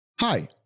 hi